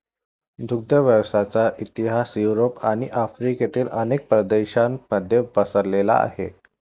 दुग्ध व्यवसायाचा इतिहास युरोप आणि आफ्रिकेतील अनेक प्रदेशांमध्ये पसरलेला आहे